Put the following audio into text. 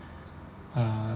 uh